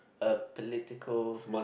a political